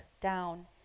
down